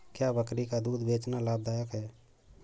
क्या बकरी का दूध बेचना लाभदायक है?